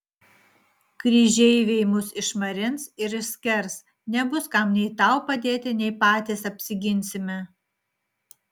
kryžeiviai mus išmarins ir išskers nebus kam nei tau padėti nei patys apsiginsime